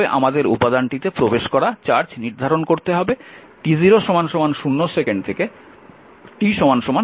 তবে আমাদের উপাদানটিতে প্রবেশ করা চার্জ নির্ধারণ করতে হবে t0 0 সেকেন্ড থেকে t 2 সেকেন্ড পর্যন্ত